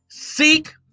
Seek